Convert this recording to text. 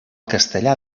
castellà